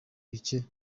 bicye